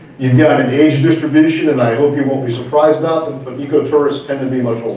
you've got an age distribution and i hope you won't be surprised now, but eco-tourists tend to be much older,